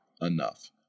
enough